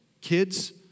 Kids